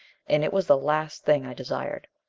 and it was the last thing i desired.